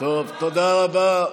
תודה רבה,